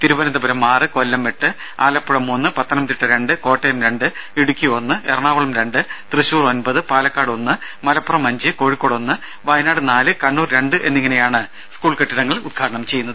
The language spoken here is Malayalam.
തിരുവനന്തപുരം ആറ് കൊല്ലം എട്ട് ആലപ്പുഴ മൂന്ന് പത്തനംതിട്ട രണ്ട് കോട്ടയം രണ്ട് ഇടുക്കി ഒന്ന് എറണാകുളം രണ്ട് തൃശ്ശൂർ ഒൻമ്പത് പാലക്കാട് ഒന്ന് മലപ്പുറം അഞ്ച് കോഴിക്കോട് ഒന്ന് വയനാട് നാല് കണ്ണൂർ രണ്ട് എന്നിങ്ങനെയാണ് സ്കൂൾ കെട്ടിടങ്ങൾ ഉദ്ഘാടനം ചെയ്യുന്നത്